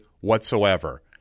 whatsoever